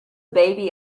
baby